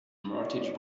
mortgage